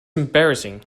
embarrassing